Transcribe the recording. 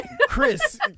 chris